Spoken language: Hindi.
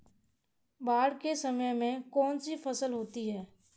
बाढ़ के समय में कौन सी फसल होती है?